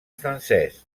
francès